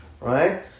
right